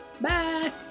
Bye